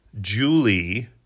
julie